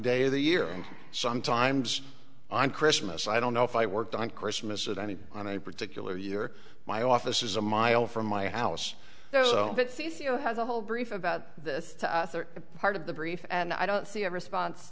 day of the year and sometimes i'm christmas i don't know if i worked on christmas at any on a particular year my office is a mile from my house so it's easier has a whole brief about this to us or a part of the brief and i don't see a response